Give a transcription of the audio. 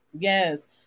yes